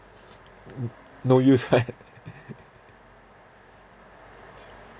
n~ no use right